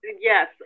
Yes